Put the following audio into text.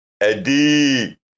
Eddie